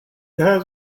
has